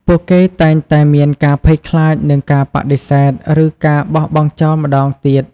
ពួកគេតែងតែមានការភ័យខ្លាចនឹងការបដិសេធ ឬការបោះបង់ចោលម្ដងទៀត។